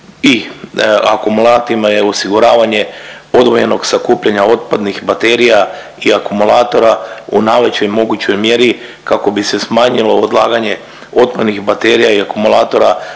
i akumulatima je osiguravanje odvojenog sakupljanja otpadnih baterija i akumulatora u najvećoj mogućoj mjeri, kako bi se smanjilo odlaganje otpadnih baterija i akumulatora